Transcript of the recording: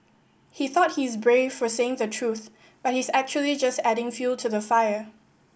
he thought he's brave for saying the truth but he's actually just adding fuel to the fire